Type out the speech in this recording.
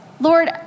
Lord